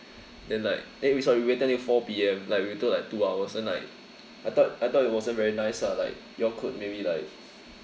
then like eh we sorry we waited until four P_M like we we took like two hours and like I thought I thought it wasn't very nice lah like you all could maybe like